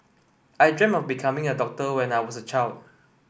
I dreamt of becoming a doctor when I was a child